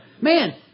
man